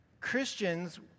Christians